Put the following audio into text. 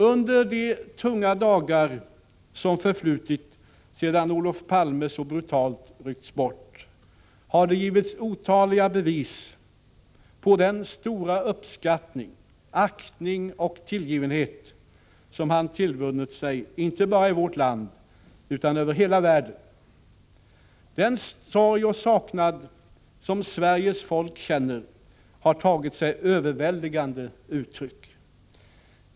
Under de tunga dagar som förflutit sedan Olof Palme så brutalt rycktes bort har det givits otaliga bevis på den stora uppskattning, aktning och tillgivenhet som han tillvunnit sig inte bara i vårt land utan över hela världen. Den sorg och saknad som Sveriges folk känner har tagit sig överväldigande uttryck.